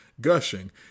gushing